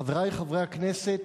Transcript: חברי חברי הכנסת,